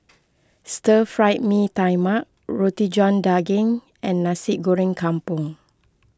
Stir Fried Mee Tai Mak Roti John Daging and Nasi Goreng Kampung